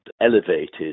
elevated